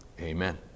Amen